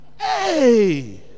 Hey